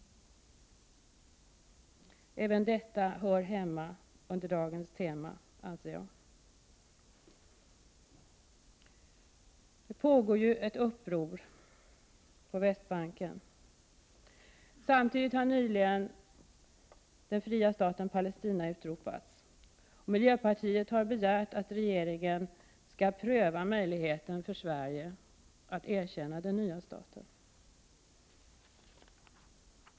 Även detta hör hemma under dagens tema. Det pågår ett uppror på Västbanken. Samtidigt har nyligen den fria staten Palestina utropats. Miljöpartiet har begärt att regeringen skall pröva möjligheten för Sverige att erkänna den nya staten.